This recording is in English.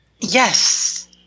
Yes